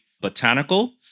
botanical